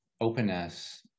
openness